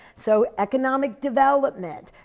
so economic development.